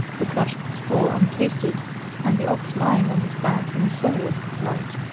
the crushed straw untasted and the ox lying on his back in sorriest plight,